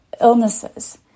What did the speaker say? illnesses